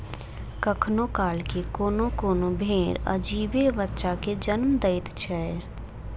कखनो काल क कोनो कोनो भेंड़ अजीबे बच्चा के जन्म दैत छै